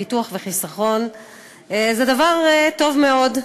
ביטוח וחיסכון זה דבר טוב מאוד,